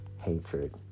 hatred